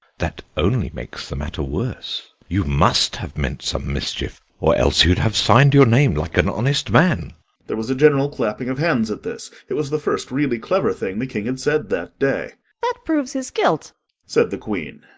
that only makes the matter worse. you must have meant some mischief, or else you'd have signed your name like an honest man there was a general clapping of hands at this it was the first really clever thing the king had said that day. that proves his guilt said the queen.